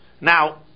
Now